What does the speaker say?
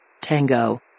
Tango